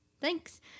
Thanks